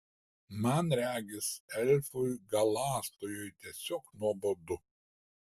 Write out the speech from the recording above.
man regis elfui galąstojui tiesiog nuobodu